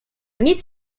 nic